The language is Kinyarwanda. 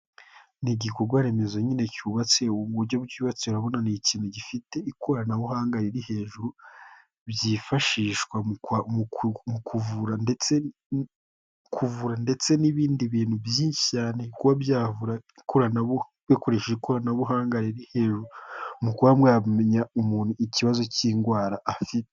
Ni igikorwaremezo nyine cyubatse uburyo cyubatse urabona ni ikintu gifite ikoranabuhanga riri hejuru byifashishwa mu kuvura ndetse n'ibindi bintu byinshi cyane kuba byavura hakoreshejwe ikoranabuhanga riri hejuru mu kuba mwamenya umuntu ikibazo cy'indwara afite.